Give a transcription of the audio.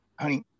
honey